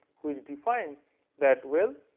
who is defined that will,